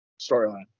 storyline